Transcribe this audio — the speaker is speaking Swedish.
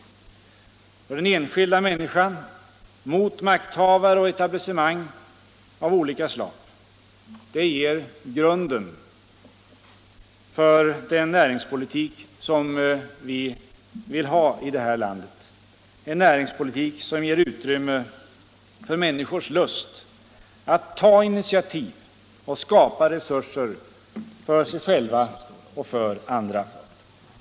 För den enskilda människan - mot makthavare och etablissemang av olika slag. Det ger grunden för den näringspolitik som vi vill ha i det här landet, en näringspolitik som ger utrymme för människors lust att ta initiativ och skapa resurser för sig själva och för andra.